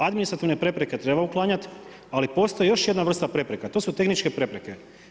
Administrativne prepreke treba uklanjati, ali postoji još jedna vrsta prepreka, to su tehničke prepreke.